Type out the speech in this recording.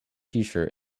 tshirt